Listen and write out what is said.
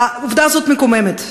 העובדה הזאת מקוממת.